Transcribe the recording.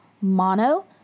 Mono